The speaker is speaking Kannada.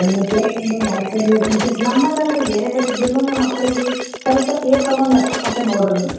ನೀವು ಕೇಳಿಕೊಂಡು ಮಾಡಿಕೊಂಡು ಟೀಚರ್ಸ್ ನಮ್ಮಲ್ಲಿ ಅಲ್ರಿ ಬೇರೆ ಕಡೆ ಇದ್ರೂ ನೀವು ಮಕ್ಳಿಗೆ ಸ್ವಲ್ಪ ಕೇರ್ ತಗೊಂಡು ಲಕ್ಷ್ಯ ಕೊಟ್ಟು ನೋಡಿರಿ ನೀವು